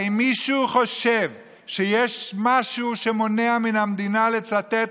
האם מישהו חושב שיש משהו שמונע מן המדינה לצותת